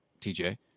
TJ